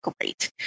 Great